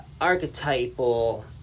archetypal